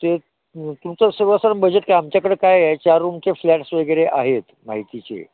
ते तुमचं सगळं सर बजेट काय आमच्याकडे काय आहे चार रूमचे फ्लॅट्स वगैरे आहेत माहितीचे